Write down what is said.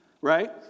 right